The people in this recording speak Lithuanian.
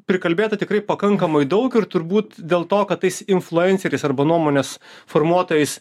prikalbėta tikrai pakankamai daug ir turbūt dėl to kad tais influenceriais arba nuomonės formuotojais